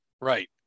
Right